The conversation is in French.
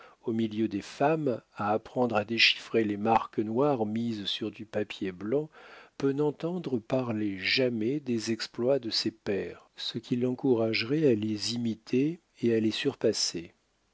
au milieu des femmes à apprendre à déchiffrer les marques noires mises sur du papier blanc peut n'entendre parler jamais des exploits de ses pères ce qui l'encouragerait à les imiter et à les surpasser